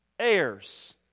heirs